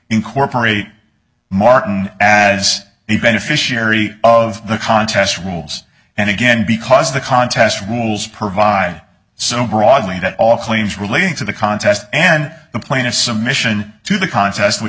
incorporate martin as the beneficiary of the contest rules and again because the contest rules provide so broadly that all claims relating to the contest and the plaintiff submission to the contest which